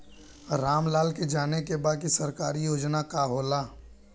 राम लाल के जाने के बा की सरकारी योजना का होला?